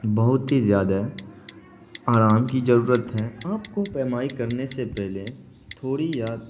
بہت ہی زیادہ آرام کی ضرورت ہے اور کوہ پیمائی کرنے سے پہلے تھوڑی یا